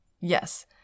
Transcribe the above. yes